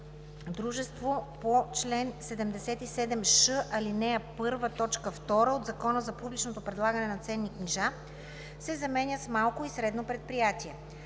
„дружество по чл. 77ш, ал. 1, т. 2 от Закона за публичното предлагане на ценни книжа“ се заменят с „малко и средно предприятие“;